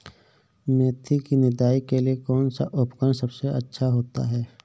मेथी की निदाई के लिए कौन सा उपकरण सबसे अच्छा होता है?